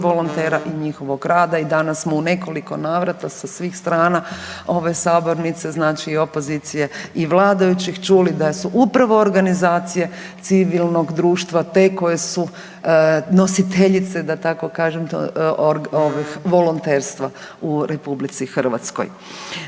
i njihovog rada. I danas smo u nekoliko navrata sa svih strana ove sabornice i opozicije i vladajućih čuli da su upravo organizacije civilnog društva te koje su nositeljice da tako kažem volonterstva u RH. Zato